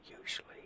usually